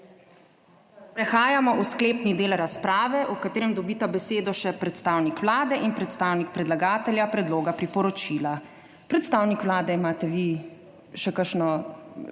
Prehajamo v sklepni del razprave, v katerem dobita besedo še predstavnik Vlade in predstavnik predlagatelja predloga priporočila. Predstavnik Vlade, imate vi še kakšno,